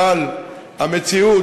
אבל המציאות,